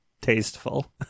tasteful